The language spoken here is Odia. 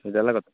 ସେଇଟା ହେଲା କଥା